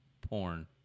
porn